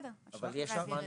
אבל יש לו זמן לתקן.